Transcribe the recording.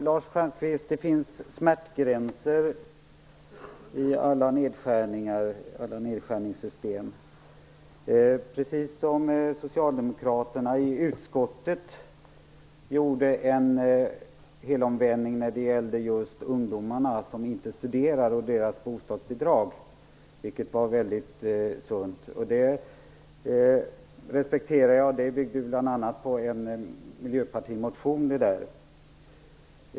Herr talman! Det finns smärtgränser i alla nedskärningssystem, Lars Stjernkvist. Socialdemokraterna i utskottet gjorde en helomvändning när det gällde just bostadsbidragen för ungdomar som inte studerar, vilket var mycket sunt. Det respekterar jag. Det byggde ju bl.a. på en miljöpartimotion.